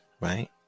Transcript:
right